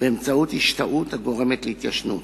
באמצעות השתהות הגורמת להתיישנות.